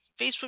Facebook